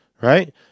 Right